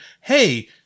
hey